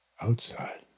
outside